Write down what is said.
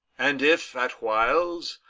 and if at whiles,